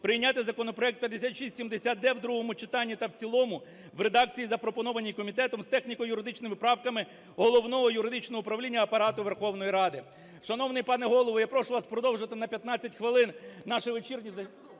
прийняти законопроект 5670-д в другому читанні та в цілому в редакції, запропонованій комітетом з техніко-юридичними правками Головного юридичного управління Апарату Верховної Ради. Шановний пане Голово, я прошу вас продовжити на 15 хвилин наше вечірнє